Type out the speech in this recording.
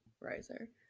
riser